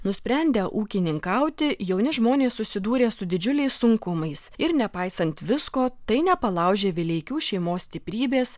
nusprendę ūkininkauti jauni žmonės susidūrė su didžiuliais sunkumais ir nepaisant visko tai nepalaužė vileikių šeimos stiprybės